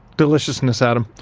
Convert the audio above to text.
deliciousness, adam!